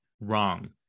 wrong